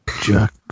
Jack